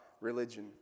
religion